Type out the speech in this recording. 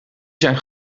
zijn